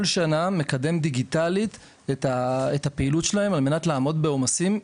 שנה מקדם דיגיטלית את הפעילות שלהם על מנת לעמוד בעומסים.